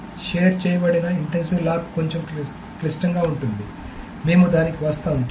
కాబట్టి షేర్ చేయబడిన intensive lock కొంచెం క్లిష్టంగా ఉంటుంది మేము దానికి వస్తాము